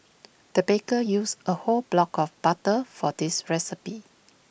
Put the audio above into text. the baker used A whole block of butter for this recipe